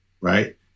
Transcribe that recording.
right